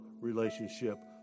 relationship